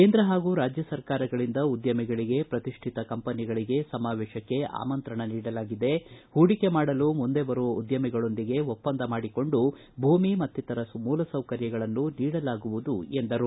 ಕೇಂದ್ರ ಹಾಗೂ ರಾಜ್ಯ ಸರ್ಕಾರಗಳಿಂದ ಉದ್ಯಮಿಗಳಿಗೆ ಪ್ರತಿಷ್ಠಿತ ಕಂಪನಿಗಳಿಗೆ ಸಮಾವೇಶಕ್ಕೆ ಆಮಂತ್ರಣ ನೀಡಲಾಗಿದೆ ಹೂಡಿಕೆ ಮಾಡಲು ಮುಂದೆ ಬರುವ ಉದ್ದಮಿಗಳೊಂದಿಗೆ ಒಪ್ಪಂದ ಮಾಡಿಕೊಂಡು ಭೂಮಿ ಮತ್ತಿತರ ಮೂಲಸೌಕರ್ಯಗಳನ್ನು ನೀಡಲಾಗುವುದು ಎಂದರು